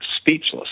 speechless